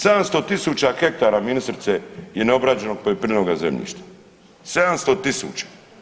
700.000 hektara ministrice je neobrađenog poljoprivrednoga zemljišta, 700.000.